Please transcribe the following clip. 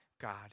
God